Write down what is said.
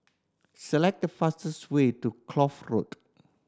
select the fastest way to Kloof Road